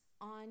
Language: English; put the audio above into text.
on